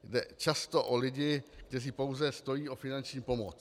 Jde často o lidi, kteří pouze stojí o finanční pomoc.